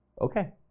Okay